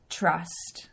trust